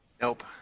Nope